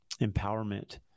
empowerment